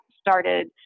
started